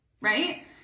Right